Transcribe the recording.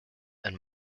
and